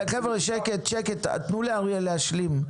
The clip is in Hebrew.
חבר'ה, שקט, תנו לאריאל להשלים.